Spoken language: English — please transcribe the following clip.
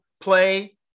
play